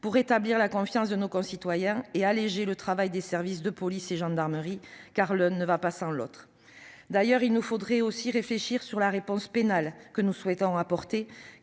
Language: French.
pour rétablir la confiance de nos concitoyens et alléger le travail des services de police et de gendarmerie, car l'une ne va pas sans l'autre. Il nous faudrait d'ailleurs réfléchir à la réponse pénale que nous souhaitons apporter,